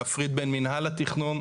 להפריד בין מינהל התכנון,